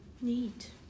Neat